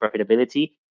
profitability